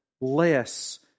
less